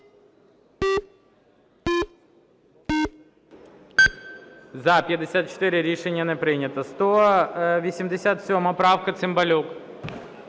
За-54 Рішення не прийнято. 187 правка. Цимбалюк.